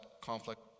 conflict